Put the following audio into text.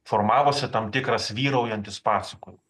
formavosi tam tikras vyraujantis pasako